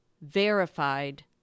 verified